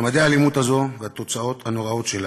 ממדי האלימות הזאת והתוצאות הנוראות שלה,